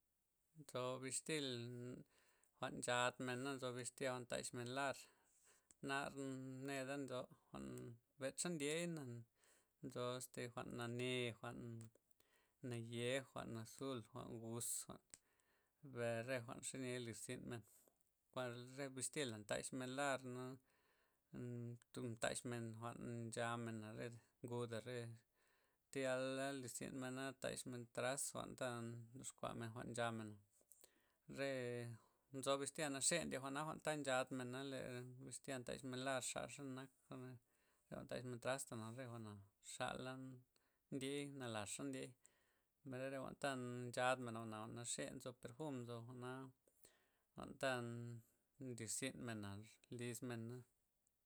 Nzo bixtil, jwa'n nchadmen na'. nzo bixtil jwa'n ndaxmen lar, nar neda' nzo jwa'n mbedxa' ndiey na, nzo este jwa'n nane', jwa'n naye', jwa'n azul, jwa'n gus, jwa'n re zenia' jwa'n lizyn men, jwa'n re bixtila' ndax larna, na ndax men jwa'n nchamen re nguda, re tayal lirzyn men taxmen trast jwa'nta ndoxkua jwa'n nchamena', re nzo bixtil naxe' ndye' jwa'nta' nchadmen, lee bixtyl ta ndaxmen lar xaxa' nak, jwa'n ndaxmen trasta re jwa'na chala ndiey, nalaxa' ndiey, mbay re jwa'nta nchadmen jwa'na, jwa'na naxe nzo perfum nzo jwa'nata nlirzyn mena liz men na'.